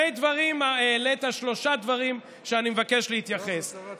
העלית שלושה דברים שאני מבקש להתייחס אליהם.